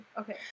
Okay